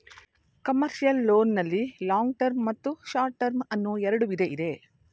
commercial loan ನಲ್ಲಿ long term ಮತ್ತು short term ಅನ್ನೋ ಎರಡು ವಿಧ ಇದೆ